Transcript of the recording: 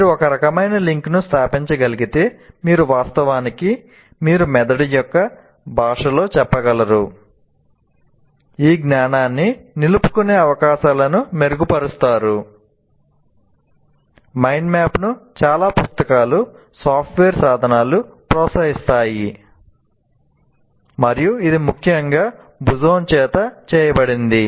మీరు ఒక రకమైన లింక్ను స్థాపించగలిగితే మీరు వాస్తవానికి చేత చేయబడింది